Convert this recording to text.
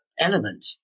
element